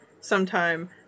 sometime